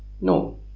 No